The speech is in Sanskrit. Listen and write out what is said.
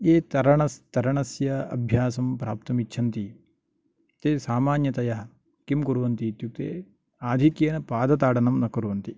ये तरण तरणस्य अभ्यासं प्राप्तुम् इच्छन्ति ते सामान्यतया किं कुर्वन्ति इत्युक्ते आधिक्येन पादताडनं न कुर्वन्ति